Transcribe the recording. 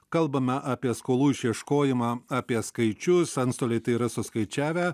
kalbame apie skolų išieškojimą apie skaičius antstoliai tai yra suskaičiavę